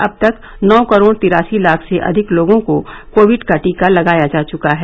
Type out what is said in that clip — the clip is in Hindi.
अब तक नौ करोड तिरासी लाख से अधिक लोगों को कोविड का टीका लगाया जा चुका है